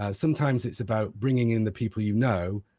ah sometimes, it's about bringing in the people you know,